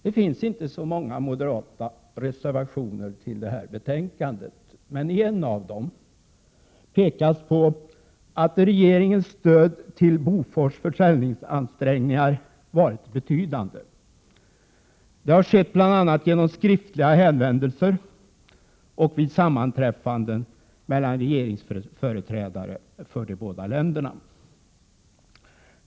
Det finns inte så många moderata reservationer till detta betänkande, men i en av dem pekas på att regeringens stöd till Bofors försäljningsansträngningar varit betydande. Det har skett bl.a. genom skriftliga hänvändelser och vid sammanträffanden mellan regeringsföreträdare för de båda länderna.